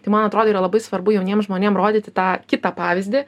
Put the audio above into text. tai man atrodo yra labai svarbu jauniem žmonėm rodyti tą kitą pavyzdį